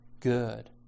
good